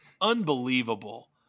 unbelievable